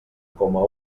coma